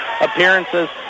appearances